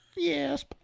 Yes